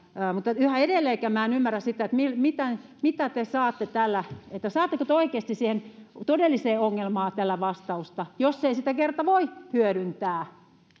mutta yhä edelleenkään minä en ymmärrä sitä mitä te saatte tällä saatteko te oikeasti siihen todelliseen ongelmaan tällä vastausta jos ei sitä kerta voi hyödyntää